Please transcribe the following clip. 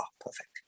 perfect